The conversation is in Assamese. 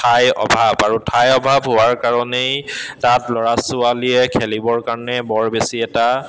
ঠাই অভাৱ আৰু ঠাই অভাৱ হোৱাৰ কাৰণেই তাত ল'ৰা ছোৱালীয়ে খেলিবৰ কাৰণে বৰ বেছি এটা